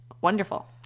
wonderful